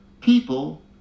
people